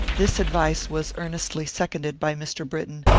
this advice was earnestly seconded by mr. britton,